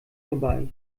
vorbei